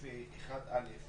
סעיף 1(א),